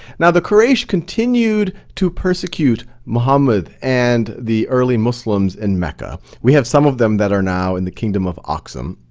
now the quraysh continued to persecute muhammed and the early muslims in and mecca. we have some of them that are now in the kingdom of aksum.